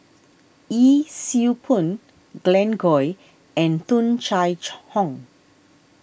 Yee Siew Pun Glen Goei and Tung Chye Hong